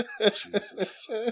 Jesus